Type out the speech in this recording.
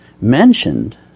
mentioned